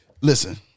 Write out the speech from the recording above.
Listen